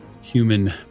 human